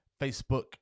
Facebook